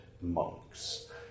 monks